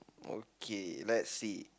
okay let us see